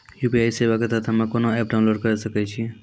UPI सेवा के तहत हम्मे केना एप्प डाउनलोड करे सकय छियै?